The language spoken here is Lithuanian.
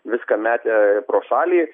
viską metė pro šalį